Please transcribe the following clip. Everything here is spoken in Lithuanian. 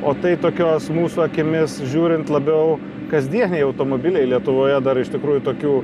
o tai tokios mūsų akimis žiūrint labiau kasdieniai automobiliai lietuvoje dar iš tikrųjų tokių